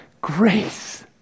grace